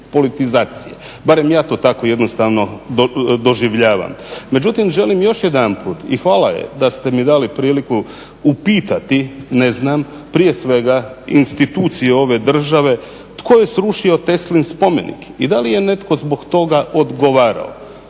barem ja to tako jednostavno doživljavam. Međutim, želim još jedanput i hvala da ste mi dali priliku upitati, ne znam, prije svega institucije ove države tko je srušio Teslin spomenik i da li je netko zbog toga odgovarao.